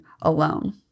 alone